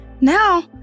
now